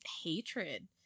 hatred